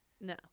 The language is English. No